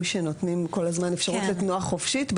שנותנים כל הזמן אפשרות לתנועה חופשית.